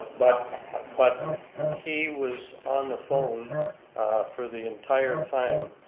but but he was on the phone for the entire time